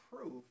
proof